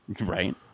right